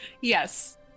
Yes